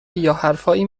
یاحرفایی